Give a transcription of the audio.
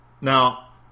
now